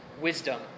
wisdom